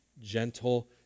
gentle